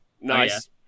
Nice